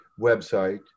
website